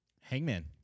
Hangman